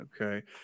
Okay